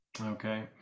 okay